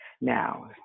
Now